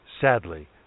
Sadly